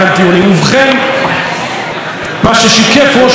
מה ששיקף ראש הממשלה בנאומו,